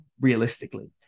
realistically